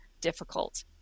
difficult